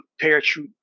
parachute